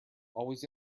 always